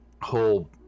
whole